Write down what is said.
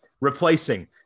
replacing